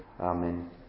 Amen